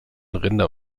rinder